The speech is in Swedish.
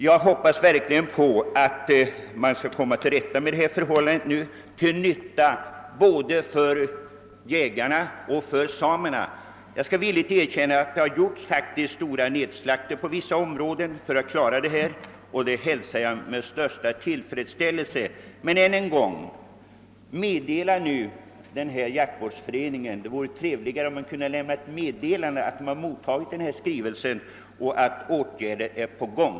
Jag hoppas att man nu skall komma till rätta med dessa missförhållanden, till gagn för både jägare och samer. Jag skall villigt erkänna att man i vissa områden har gjort stora nedslaktningar för att förbättra situationen, och detta hälsar jag med största tillfredsställelse. Men jag upprepar: Lämna ett meddelande till jaktvårdsföreningen! Det är trevligt med ett sådant besked om att man mottagit skrivelsen och att åtgärder är på gång.